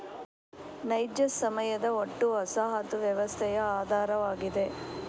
ನೈಜ ಸಮಯದ ಒಟ್ಟು ವಸಾಹತು ವ್ಯವಸ್ಥೆಯ ಆಧಾರವಾಗಿದೆ